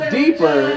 deeper